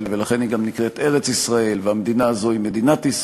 ארץ-ישראל שייכת לעם